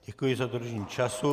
Děkuji za dodržení času.